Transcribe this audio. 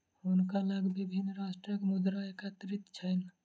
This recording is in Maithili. हुनका लग विभिन्न राष्ट्रक मुद्रा एकत्रित छैन